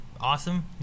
awesome